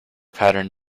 pattern